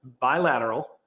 bilateral